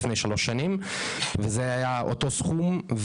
לפני שלוש שנים וזה היה אותו סכום.